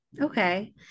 Okay